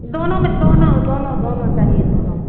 दोनों में दोनों दोनों दोनों चाहिए दोनों